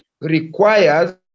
requires